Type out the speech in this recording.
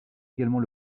également